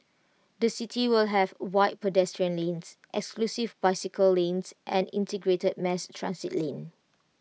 the city will have wide pedestrian lanes exclusive bicycle lanes and integrated mass transit lane